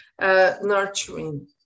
nurturing